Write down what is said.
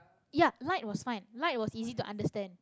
ya light was fine light was easy to understand